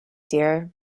dear